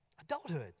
adulthood